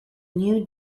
new